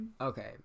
Okay